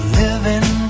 living